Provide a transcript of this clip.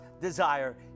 desire